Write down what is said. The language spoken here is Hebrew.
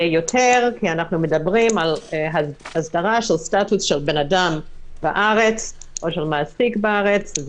כי אנחנו מדברים על הסדרה של סטטוס של בן אדם בארץ או של מעסיק בארץ,